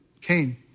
Cain